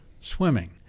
swimming